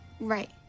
Right